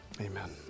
Amen